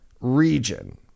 region